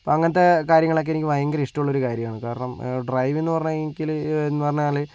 അപ്പോൾ അങ്ങനെത്തെ കാര്യങ്ങളൊക്കെ എനിക്ക് ഭയങ്കര ഇഷ്ടമുള്ള ഒരു കാര്യമാണ് കാരണം ഡ്രൈവെന്ന് പറഞ്ഞാൽ എനിക്ക് എന്നുപറഞ്ഞാൽ